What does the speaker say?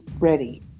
ready